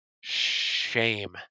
shame